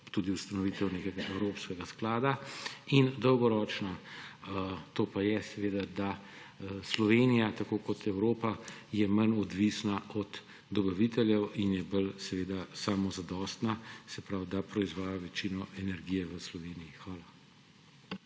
tudi ustanovitev nekega evropskega sklada; in dolgoročno, to pa je, da je Slovenija, tako kot Evropa, manj odvisna od dobaviteljev in je bolj samozadostna, se pravi da proizvaja večino energije v Sloveniji. Hvala.